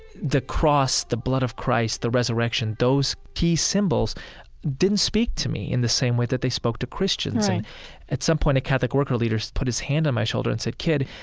the cross, the blood of christ, the resurrection, those key symbols didn't speak to me in the same way that they spoke to christians right and at some point, a catholic worker leader put his hand on my shoulder and said, kid,